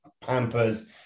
Pampers